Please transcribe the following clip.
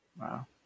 Wow